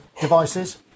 devices